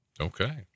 okay